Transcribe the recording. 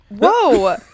Whoa